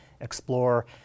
explore